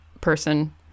person